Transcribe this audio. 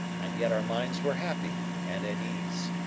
and yet our minds were happy and at ease.